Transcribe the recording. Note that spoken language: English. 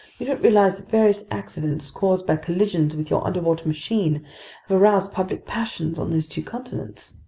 you don't realize that various accidents, caused by collisions with your underwater machine, have aroused public passions on those two continents.